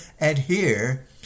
adhere